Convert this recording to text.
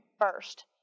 first